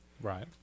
Right